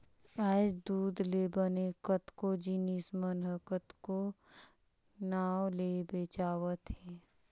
आयज दूद ले बने कतको जिनिस मन ह कतको नांव ले बेंचावत हे